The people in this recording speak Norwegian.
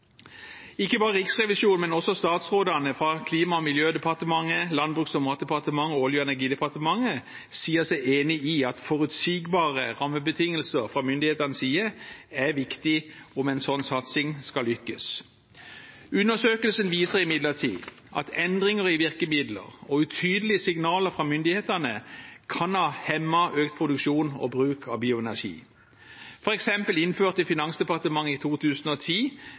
Ikke bare Riksrevisjonen, men også statsrådene fra Klima- og miljødepartementet, Landbruks- og matdepartementet og Olje- og energidepartementet sier seg enig i at forutsigbare rammebetingelser fra myndighetenes side er viktig om en slik satsing skal lykkes. Undersøkelsen viser imidlertid at endringer i virkemidler og utydelige signaler fra myndighetene kan ha hemmet økt produksjon og bruk av bioenergi. For eksempel innførte Finansdepartementet i 2010